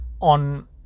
on